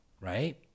right